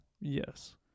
Yes